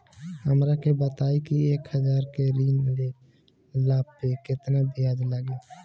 हमरा के बताई कि एक हज़ार के ऋण ले ला पे केतना ब्याज लागी?